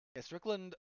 Strickland